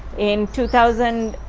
in two thousand